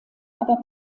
aber